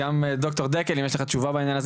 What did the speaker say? דוקטור דקל אם יש לך תשובה בענין הזה.